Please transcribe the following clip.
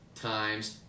times